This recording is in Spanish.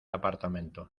apartamento